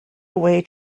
away